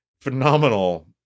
phenomenal